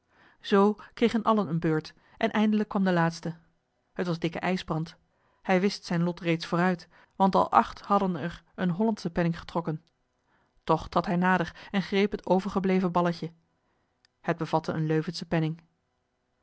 zoo kregen allen eene beurt en eindelijk kwam de laatste t was dikke ijsbrand hij wist zijn lot reeds vooruit want al acht hadden er een hollandschen penning getrokken toch trad hij nader en greep het overgebleven balletje het bevatte een leuvenschen penning